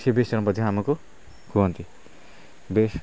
ସିଏ ବି ଆମକୁ କୁହନ୍ତି ବେଶ୍